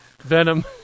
Venom